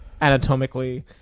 anatomically